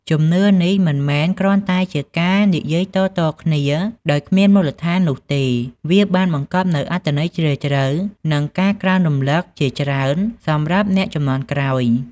ជំនឿនេះមិនមែនគ្រាន់តែជាការនិយាយតៗគ្នាដោយគ្មានមូលដ្ឋាននោះទេ វាបានបង្កប់នូវអត្ថន័យជ្រាលជ្រៅ និងការក្រើនរំលឹកជាច្រើនសម្រាប់អ្នកជំនាន់ក្រោយ។